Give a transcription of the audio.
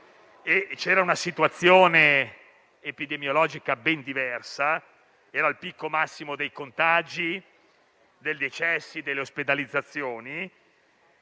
c'era una situazione epidemiologica ben diversa: era il picco massimo dei contagi, dei decessi e delle ospedalizzazioni),